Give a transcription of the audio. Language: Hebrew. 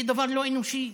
היא דבר לא אנושי.